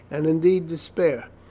and, indeed, despair.